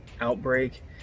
outbreak